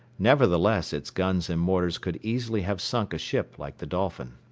nevertheless its guns and mortars could easily have sunk a ship like the dolphin.